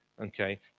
Okay